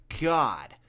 God